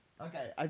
Okay